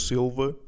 Silva